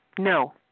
No